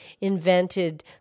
invented